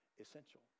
essential